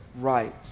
right